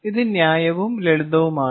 ഇത് ന്യായവും ലളിതവുമാണ്